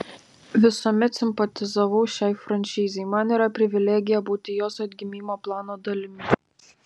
visuomet simpatizavau šiai franšizei man yra privilegija būti jos atgimimo plano dalimi